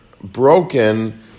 broken